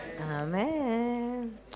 Amen